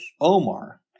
Omar